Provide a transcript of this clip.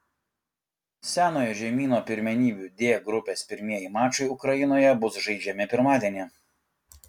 senojo žemyno pirmenybių d grupės pirmieji mačai ukrainoje bus žaidžiami pirmadienį